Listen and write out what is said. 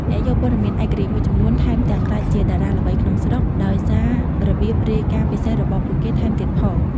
អ្នកយកព័ត៌មានឯករាជ្យមួយចំនួន ថែមទាំងក្លាយជាតារាល្បីក្នុងស្រុក ដោយសាររបៀបរាយការណ៍ពិសេសរបស់ពួកគេថែមទៀតផង។